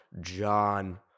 John